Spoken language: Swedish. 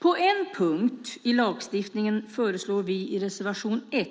På en punkt i lagstiftningen föreslår vi i reservation 1